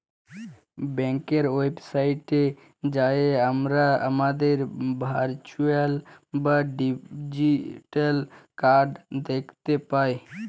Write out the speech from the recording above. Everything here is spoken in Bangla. ব্যাংকের ওয়েবসাইটে যাঁয়ে আমরা আমাদের ভারচুয়াল বা ডিজিটাল কাড় দ্যাখতে পায়